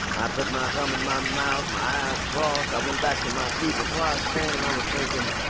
i put my thumb in my mouth, my eyes crossed. i went back to my seat in the choir stand, and i was thinking,